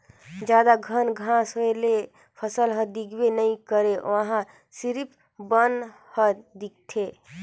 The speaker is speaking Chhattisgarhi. जादा घन घांस होए ले फसल हर दिखबे नइ करे उहां सिरिफ बन हर दिखथे